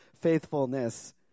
faithfulness